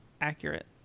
Accurate